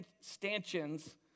stanchions